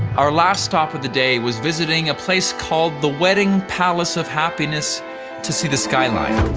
our last stop of the day was visiting a place called the wedding palace of happiness to see the skyline.